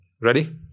Ready